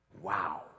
Wow